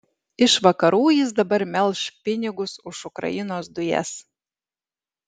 iš vakarų jis dabar melš pinigus už ukrainos dujas